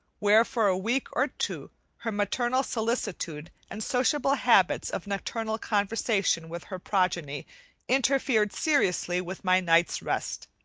where for a week or two her maternal solicitude and sociable habits of nocturnal conversation with her progeny interfered seriously with my night's rest.